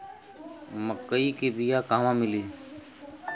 मक्कई के बिया क़हवा मिली?